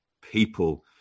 people